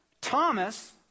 Thomas